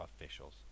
officials